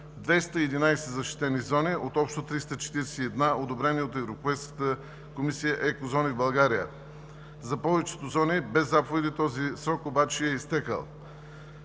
211 защитени зони от общо 341 одобрени от Европейската комисия екозони в България. За повечето зони без заповеди този срок обаче е изтекъл